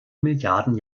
milliarden